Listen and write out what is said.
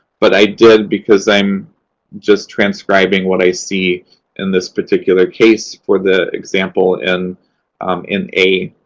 but i did because i'm just transcribing what i see in this particular case for the example in in a.